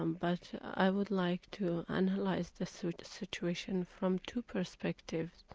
um but i would like to analyse the sort of situation from two perspectives.